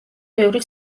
ბევრი